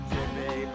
Jimmy